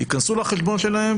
ייכנסו לחשבון שלהם,